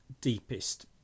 deepest